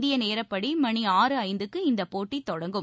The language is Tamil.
இந்திய நேரப்படி மணி ஆறு ஐந்துக்கு இந்த போட்டி தொடங்கும்